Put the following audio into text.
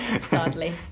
Sadly